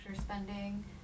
spending